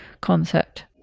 concept